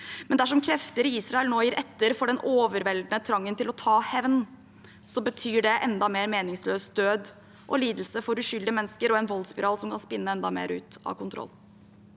men dersom krefter i Israel nå gir etter for den overveldende trangen til å ta hevn, betyr det enda mer meningsløs død og lidelse for uskyldige mennesker og en voldsspiral som kan spinne enda mer ut av kontroll.